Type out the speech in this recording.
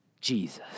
Jesus